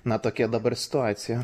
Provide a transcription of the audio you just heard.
na tokia dabar situacija